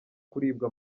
kuribwa